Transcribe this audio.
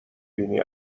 بینی